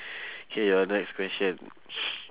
K your next question